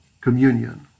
communion